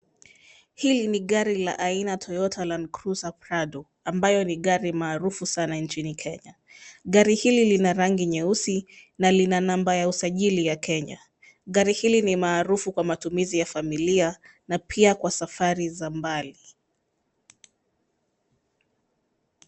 Hili ni gari aina Toyota Land cruiser Prado ambayo ni gari maarufu sana nchini Kenya. Gari hili lina rangi nyeusi na lina namba ya usajili ya Kenya. Gari hili ni maarufu kwa matumizi ya familia na pia kwa safari za mbali.